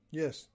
yes